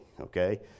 okay